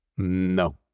No